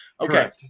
Okay